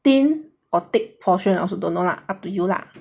thin or thick portion also don't know lah up to you lah